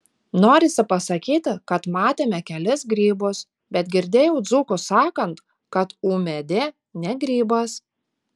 norisi pasakyti kad matėme kelis grybus bet girdėjau dzūkus sakant kad ūmėdė ne grybas